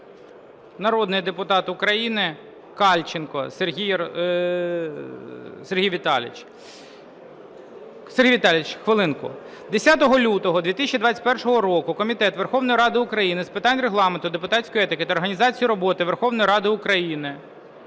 народний депутат України Кальченко Сергій Віталійович. Сергій Віталійович, хвилинку. 10 лютого 2021 року Комітет Верховної Ради України з питань Регламенту, депутатської етики та організації роботи Верховної Ради України